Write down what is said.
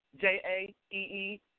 J-A-E-E